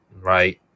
right